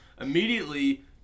immediately